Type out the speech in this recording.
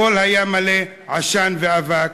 הכול היה מלא עשן ואבק.